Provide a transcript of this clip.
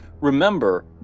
remember